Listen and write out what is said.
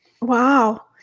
Wow